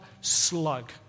slug